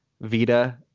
Vita